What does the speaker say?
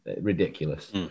ridiculous